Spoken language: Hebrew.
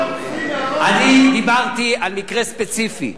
דיברתי על מקרה ספציפי.